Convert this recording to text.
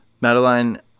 Madeline